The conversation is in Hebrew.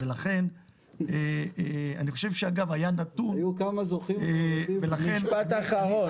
היה נתון --- משפט אחרון.